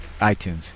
iTunes